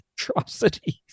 Atrocities